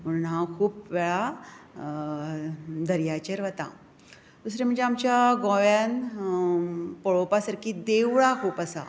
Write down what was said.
म्हण हांव खूब वेळां दर्याचेर वतां दुसरे म्हणजे आमच्या गोंयांत पळोवपा सारकीं देवळां खूब आसा